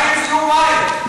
מה עם זיהום מים?